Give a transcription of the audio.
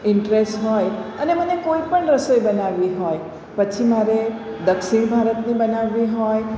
interest હોય અને મને કોઈપણ રસોઈ બનાવવી હોય પછી મારે દક્ષિણ ભારતની બનાવવી હોય